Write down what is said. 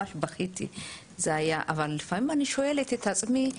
--- אבל לפעמים אני שואלת את עצמי,